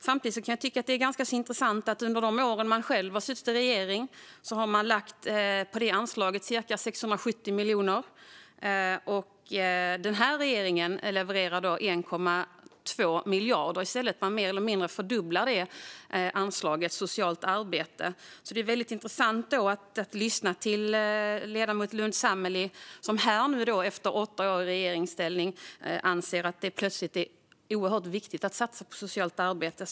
Samtidigt kan jag tycka att det är ganska intressant att Socialdemokraterna under de år de själva har suttit i regering har lagt cirka 670 miljoner på detta anslag när den här regeringen i stället levererar 1,2 miljarder och mer eller mindre fördubblar anslaget till socialt arbete. Det är därför väldigt intressant att lyssna till ledamoten Lundh Sammeli som nu, efter åtta år i regeringsställning, plötsligt anser att det är oerhört viktigt att satsa på socialt arbete.